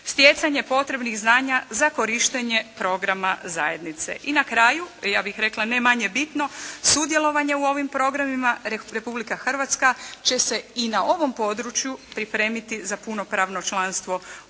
stjecanje potrebnih znanja za korištenje programa zajednice. I na kraju, ja bih rekla ne manje bitno, sudjelovanje u ovim programima, Republika Hrvatska će se i na ovom području pripremiti za punopravno članstvo u